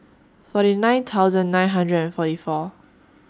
forty nine thousand nine hundred and forty four